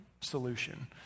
solution